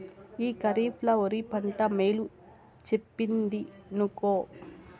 ఈ కరీఫ్ ల ఒరి పంట మేలు చెప్పిందినుకో